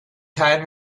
tied